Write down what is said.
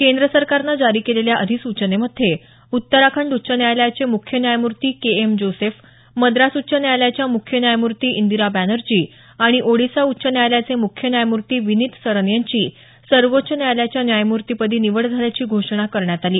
केंद्र सरकारनं जारी केलेल्या अधिसूचनेमध्ये उत्तराखंड उच्च न्यायालयाचे मुख्य न्यायमूर्ती के एम जोसेफ मद्रास उच्च न्यायालयाच्या मुख्य न्यायमूर्ती इंदिरा बॅनर्जी आणि ओडिसा उच्च न्यायालयाचे मुख्य न्यायमूर्ती विनीत सरन यांची सर्वोच्च न्यायालयाच्या न्यायमूर्तीपदी निवड झाल्याची घोषणा करण्यात आली